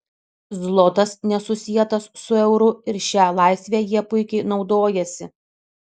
zlotas nesusietas su euru ir šia laisve jie puikiai naudojasi